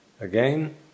again